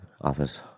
office